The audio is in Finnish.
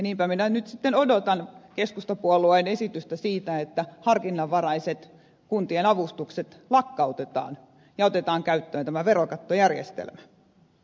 niinpä minä nyt sitten odotan keskustapuolueen esitystä siitä että harkinnanvaraiset kuntien avustukset lakkautetaan ja otetaan käyttöön tämä verokattojärjestelmä